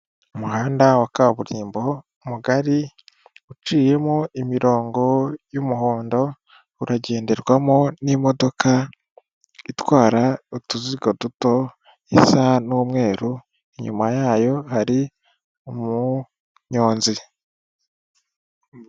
Umuhanda wa kaburimbo, mugari, uciyemo imirongo y'umuhondo, uragenderwamo n'imodoka itwara utuzigo duto, isa n'umweru, inyuma yayo hari umunyonzi.